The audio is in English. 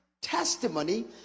testimony